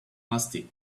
musty